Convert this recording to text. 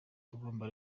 tugomba